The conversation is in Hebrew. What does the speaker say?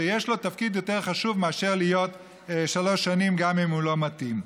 שיהיה לו תפקיד יותר חשוב מאשר להיות שלוש שנים גם אם הוא לא מתאים.